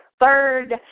third